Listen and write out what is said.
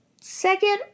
second